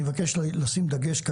אני מבקש לשים דגש,